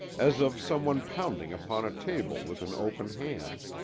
as of some one pounding upon a table with an open hand.